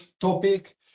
topic